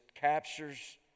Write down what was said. captures